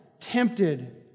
tempted